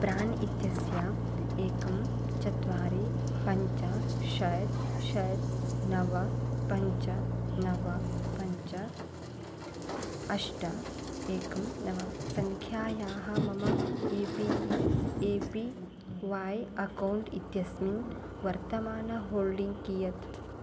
प्राण् इत्यस्य एकं चत्वारि पञ्च षट् षट् नव पञ्च नव पञ्च अष्ट एकं नव सङ्ख्यायाः मम A P E A P Y account इत्यस्मिन् वर्तमानं होल्डिङ्ग् कियत्